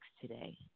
today